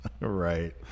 Right